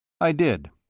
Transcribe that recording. i did.